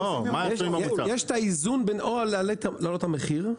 יש את האיזון בין או להעלות את המחיר,